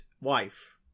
wife